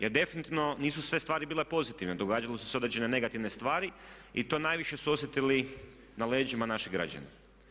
Jer definitivno nisu sve stvari bile pozitivne, događale su se određene negativne stvari i to najviše su osjetili na leđima naši građani.